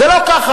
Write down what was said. זה לא ככה.